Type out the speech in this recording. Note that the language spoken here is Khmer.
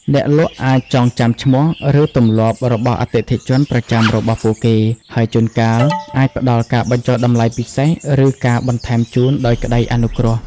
អ្នកលក់អាចចងចាំឈ្មោះ ឬទម្លាប់របស់អតិថិជនប្រចាំរបស់ពួកគេ ហើយជួនកាលអាចផ្តល់ការបញ្ចុះតម្លៃពិសេស ឬការបន្ថែមជូនដោយក្តីអនុគ្រោះ។